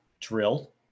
drill